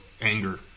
anger